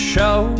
show